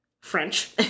French